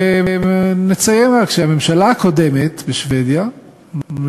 ונציין רק שהממשלה הקודמת בשבדיה הייתה